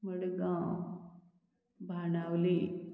Madgaon Benaulim